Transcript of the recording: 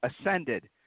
ascended